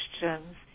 questions